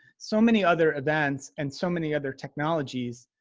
so many other events and so many other technologies